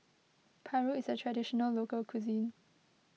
Paru is a Traditional Local Cuisine